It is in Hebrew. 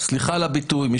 סליחה על הביטוי.